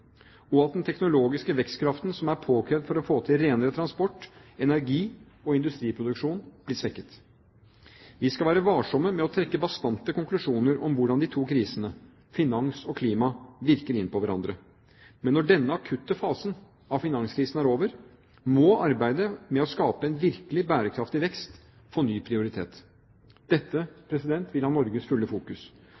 og at den teknologiske vekstkraften som er påkrevd for å få til renere transport, energi og industriproduksjon, blir svekket. Vi skal være varsomme med å trekke bastante konklusjoner om hvordan de to krisene – finans og klima – virker inn på hverandre. Men når denne akutte fasen av finanskrisen er over, må arbeidet med å skape en virkelig bærekraftig vekst få ny prioritet. Dette